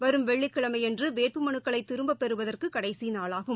வரும் வெள்ளிகிழமையன்று வேட்பு மனுக்களை திரும்ப பெறுவதற்கு கடைசி நாளாகும்